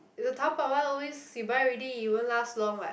is the Taobao one always you buy already it won't last long what